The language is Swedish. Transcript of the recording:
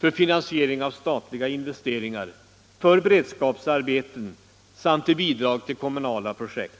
för finansiering av statliga investeringar, för beredskapsarbeten samt till bidrag till kommunala projekt.